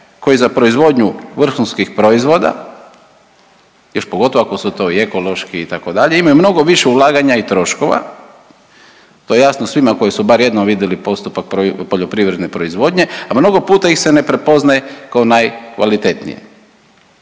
koji za proizvodnju vrhunskih proizvoda još pogotovo ako su to i ekološki itd. imaju mnogo više ulaganja i troškova. To je jasno svima koji su bar jednom vidjeli postupak poljoprivredne proizvodnje, a mnogo puta ih se ne prepoznaje kao najkvalitetnije.